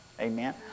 Amen